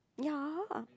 yeah